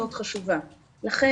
דבר שני,